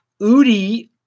Udi